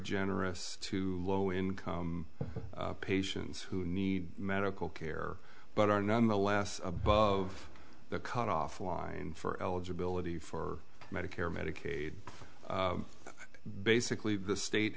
generous to low income patients who need medical care but are nonetheless above the cut off line for eligibility for medicare medicaid basically the state